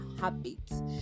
habits